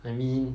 I mean